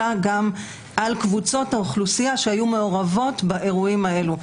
אלא גם על קבוצות האוכלוסייה שהיו מעורבות באירועים האלה.